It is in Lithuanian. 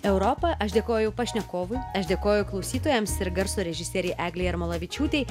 europą aš dėkoju pašnekovui aš dėkoju klausytojams ir garso režisierei eglei jarmolavičiūtei